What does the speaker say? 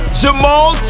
jamal